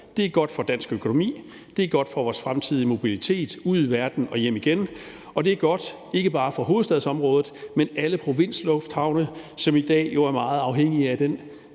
Det er godt for dansk økonomi, det er godt for vores fremtidige mobilitet ud i verden og hjem igen, og det er godt, ikke bare for hovedstadsområdet, men for alle provinslufthavne, som jo i dag er meget afhængige af den